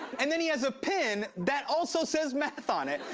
and then, he has a pin that also says math on it.